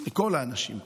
לכל האנשים כאן,